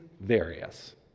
various